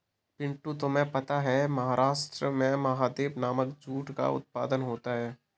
पिंटू तुम्हें पता है महाराष्ट्र में महादेव नामक जूट का उत्पादन होता है